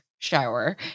shower